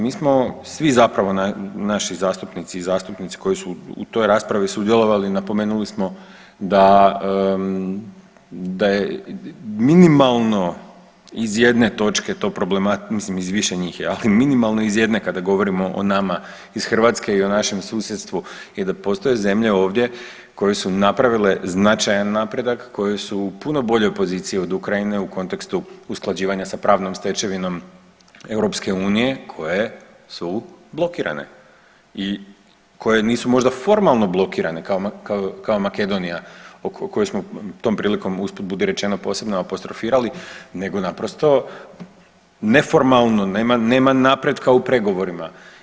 Mi smo svi zapravo naši zastupnici i zastupnici koji su u toj raspravi sudjelovali napomenuli smo da je minimalno iz jedne točke to problematično, mislim iz više njih, ali minimalno iz jedne kada govorimo o nama iz Hrvatske i o našem susjedstvu i da postoje zemlje ovdje koje su napravile značajan napredak koje su u puno boljoj poziciji od Ukrajine u kontekstu usklađivanja sa pravnom stečevinom EU koje su blokirane i koje nisu možda formalno blokirane kao Makedonija o kojoj smo tom prilikom usput budi rečeno posebno apostrofirali, nego naprosto neformalno, nema napretka u pregovorima.